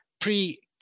pre